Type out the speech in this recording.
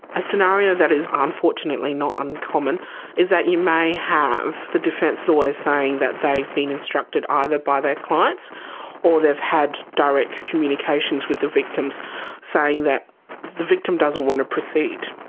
a scenario that is unfortunately not uncommon is that you may have the defence lawyer saying that they've been instructed either by their clients or they've had direct communications with the victims saying that the victim doesn't want to proceed.